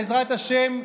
בעזרת השם,